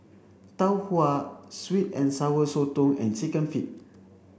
Tau Huay sweet and sour Sotong and chicken feet